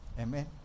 Amen